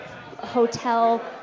hotel